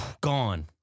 Gone